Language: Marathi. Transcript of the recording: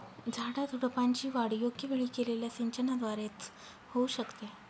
झाडाझुडपांची वाढ योग्य वेळी केलेल्या सिंचनाद्वारे च होऊ शकते